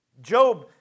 Job